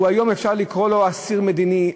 היום אפשר לקרוא לו אסיר מדיני,